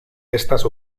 estas